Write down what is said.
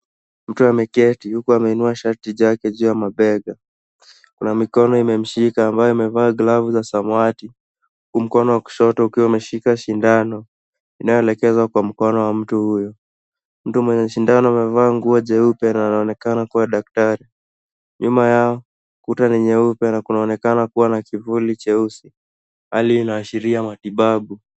Mtu ameketi huku ameinua shati yake juu ya mabega. Kuna mikono imemshika ambayo imevaa glavu za samawati huku mkono wa kushoto ikiwa imeshika sindano inayoelekezwa kwa mkono wa mtu huyu. Mtu mwenye sindano amevaa nguo jeupe na anaonekana kuwa daktari. Nyuma yao kuta ni nyeupe na kunaoenekana kuwa kivuli cheusi. Hali inaashiria matibabu.